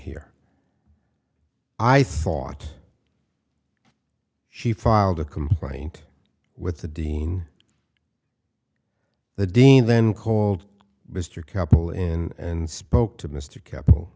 here i thought she filed a complaint with the dean the dean then called mr capital in and spoke to mr capital